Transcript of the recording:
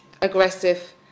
aggressive